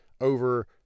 over